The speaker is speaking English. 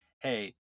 hey